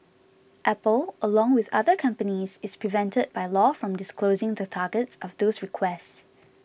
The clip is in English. apple along with other companies is prevented by law from disclosing the targets of those requests